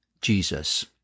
Jesus